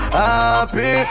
happy